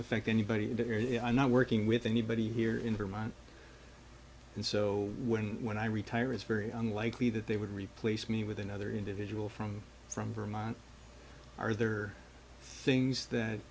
affect anybody that you know i'm not working with anybody here in vermont and so when i retire it's very unlikely that they would replace me with another individual from from vermont are there things that